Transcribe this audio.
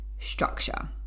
structure